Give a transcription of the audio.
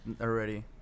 already